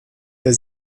der